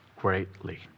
greatly